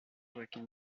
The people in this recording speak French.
jacques